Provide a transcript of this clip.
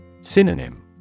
Synonym